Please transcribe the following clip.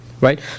right